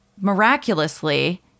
miraculously